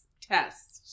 tests